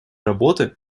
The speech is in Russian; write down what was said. работы